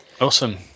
Awesome